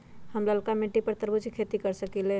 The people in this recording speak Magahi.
हम लालका मिट्टी पर तरबूज के खेती कर सकीले?